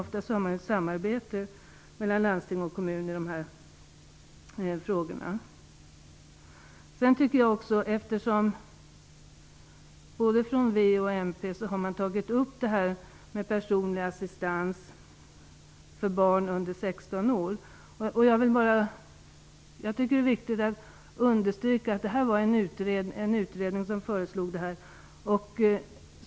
Ofta har landsting och kommuner ett samarbete i de här frågorna. Både från Vänsterpartiet och från Miljöpartiet har frågan om personlig assistans för barn under 16 år tagits upp. Jag tycker att det är viktigt att understryka att det är en utredning som kommit med ett förslag.